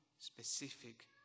specific